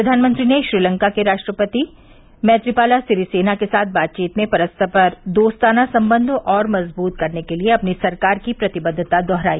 प्रधानमंत्री ने श्रीलंका के राष्ट्रपति मैत्रीपाला सिरीसेना के साथ बातचीत में परस्पर दोस्ताना संबंध और मजबूत करने के लिए अपनी सरकार की प्रतिबद्धता दोहराई